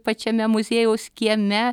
pačiame muziejaus kieme